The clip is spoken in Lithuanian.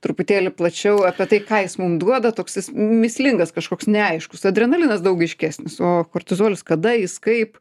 truputėlį plačiau apie tai ką jis mum duoda toks jis mįslingas kažkoks neaiškus adrenalinas daug aiškesnis o kortizolis kada jis kaip